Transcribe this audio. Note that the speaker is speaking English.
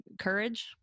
Courage